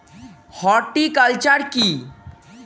Horticulture কি?